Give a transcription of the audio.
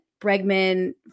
Bregman